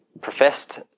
professed